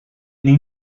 knew